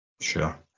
Sure